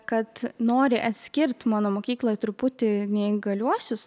kad nori atskirt mano mokykloj truputį neįgaliuosius